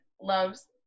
loves